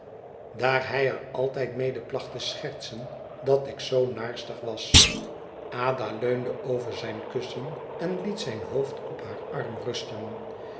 daar hij er altijd mede placht te schertsen dat ik zoo naarstig was ada leunde over zijn kussen en liet zijn hoofd op haar arm rusten